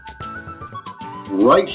right